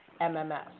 MMS